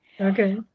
Okay